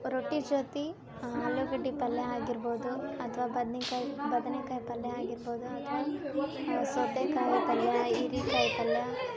ರೊಟ್ಟಿ ಜೊತಿ ಆಲೂಗಡ್ಡೆ ಪಲ್ಯ ಆಗಿರ್ಬೋದು ಅಥವಾ ಬದನೇಕಾಯಿ ಬದನೇಕಾಯಿ ಪಲ್ಯ ಆಗಿರ್ಬೋದು ಅಥವಾ ಸೌತೆಕಾಯಿ ಪಲ್ಯ ಹಿರೇಕಾಯಿ ಪಲ್ಯ